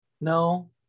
No